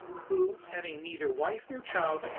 who, having neither wife nor child,